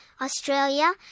Australia